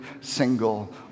single